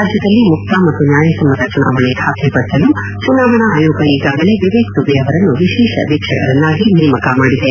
ರಾಜ್ಯದಲ್ಲಿ ಮುಕ್ತ ಮತ್ತು ನ್ಯಾಯಸಮ್ನತ ಚುನಾವಣೆ ಖಾತ್ರಿ ಪಡಿಸಲು ಚುನಾವಣಾ ಆಯೋಗ ಈಗಾಗಲೇ ವಿವೇಕ್ ದುಬೆ ಅವರನ್ನು ವಿಶೇಷ ವೀಕ್ಷಕರನ್ನಾಗಿ ನೇಮಕ ಮಾಡಿದೆ